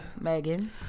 Megan